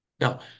Now